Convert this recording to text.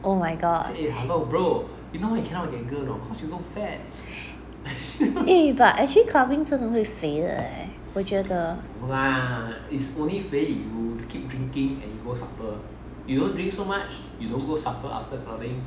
oh my god eh but actually clubbing 真的会肥的 leh 我觉得